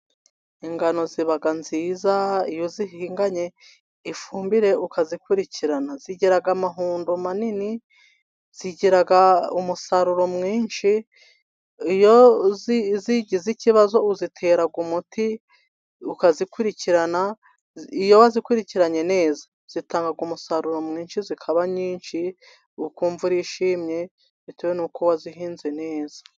Ingano ziba nziza iyo uzihinganye ifumbire ukazikurikirana. Zigira amahundo manini, zigira umusaruro mwinshi, iyo zigize ikibazo uzitera umuti, ukazikurikirana iyo wazikurikiranye neza, zitanga umusaruro mwinshi zikaba nyinshi, ukumva urishimye bitewe n'uko wazihinze neza.